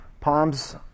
palms